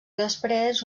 després